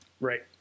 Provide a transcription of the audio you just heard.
right